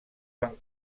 van